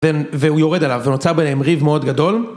והוא יורד עליו ונוצר ביניהם ריב מאוד גדול.